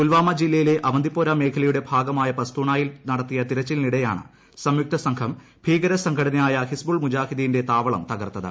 പുൽവാമ ജില്ലയിലെ അവന്തിപ്പോര മേഖലയുടെ ഭാഗമായ പസ്തൂണായിൽ നടത്തിയ തെരച്ചിലിനിടെയാണ് സംയുക്തസംഘം ഭീകര സംഘടനയായ ഹിസ്ബുൾ മുജാഹിദീന്റെ താവളം തകർത്തത്